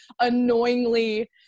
annoyingly